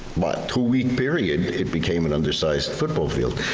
but two week period, it became an undersized football field.